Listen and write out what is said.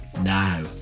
Now